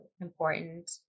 important